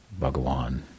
Bhagawan